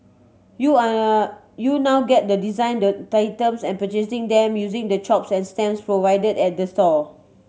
you you now get the design the items and purchasing them using the chops and stamps provided at the store